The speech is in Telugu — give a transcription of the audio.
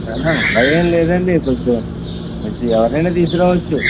అలా ఏమి లేదు అండి కొంచెం ఎవరినైన తీసుకురావచ్చు